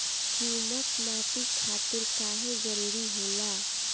Humus माटी खातिर काहे जरूरी होला?